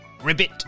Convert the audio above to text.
ribbit